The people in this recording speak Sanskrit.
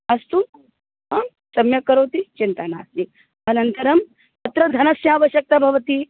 अस्तु सम्यक् करोति चिन्ता नास्ति अनन्तरं तत्र धनस्य आवश्यकता भवति